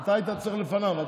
אתה היית צריך להיות לפניו.